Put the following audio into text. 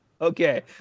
Okay